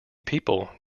people